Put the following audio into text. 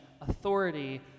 authority